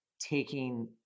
taking